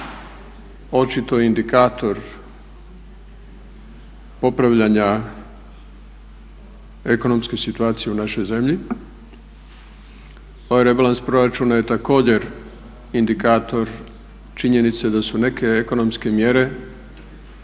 očito indikator popravljanja ekonomske situacije u našoj zemlji. Ovaj rebalans proračuna je također indikator činjenice da su neke ekonomske mjere,